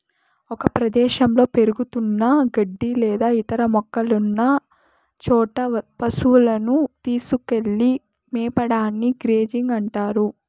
ఒక ప్రదేశంలో పెరుగుతున్న గడ్డి లేదా ఇతర మొక్కలున్న చోట పసువులను తీసుకెళ్ళి మేపడాన్ని గ్రేజింగ్ అంటారు